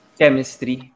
chemistry